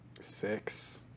six